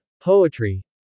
Poetry